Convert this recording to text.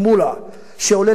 שעולה לפה מדי פעם,